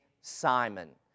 Simon